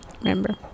remember